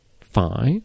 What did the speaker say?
five